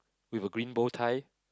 with a green bow tie